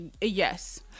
yes